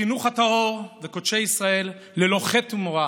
חינוך הטהור וקודשי ישראל, ללא חת ומורא.